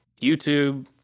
youtube